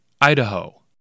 Idaho